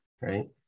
right